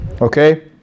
Okay